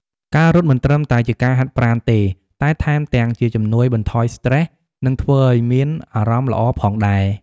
ការរត់មិនត្រឹមតែជាការហាត់ប្រាណទេ តែថែមទាំងជាជំនួយបន្ថយស្ត្រេស និងធ្វើឲ្យមានអារម្មណ៍ល្អផងដែរ។